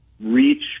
reach